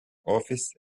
office